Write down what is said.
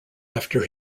after